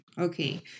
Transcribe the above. Okay